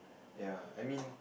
ya I mean